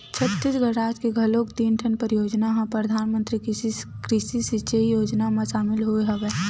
छत्तीसगढ़ राज के घलोक तीन ठन परियोजना ह परधानमंतरी कृषि सिंचई योजना म सामिल होय हवय